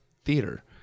theater